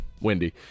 wendy